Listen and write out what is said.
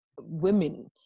women